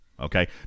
okay